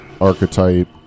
archetype